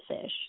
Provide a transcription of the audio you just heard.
fish